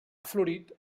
florit